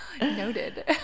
noted